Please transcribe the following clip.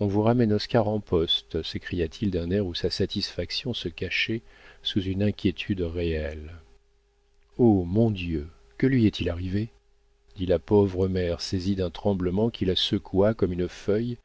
on vous ramène oscar en poste s'écria-t-il d'un air où sa satisfaction se cachait sous une inquiétude réelle oh mon dieu que lui est-il arrivé dit la pauvre mère saisie d'un tremblement qui la secoua comme une feuille